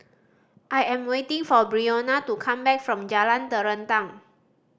I am waiting for Brionna to come back from Jalan Terentang